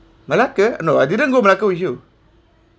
malacca no I didn't go malacca with you